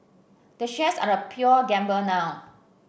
the shares are a pure gamble now